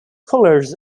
colors